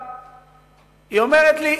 היא אומרת לי: